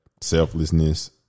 selflessness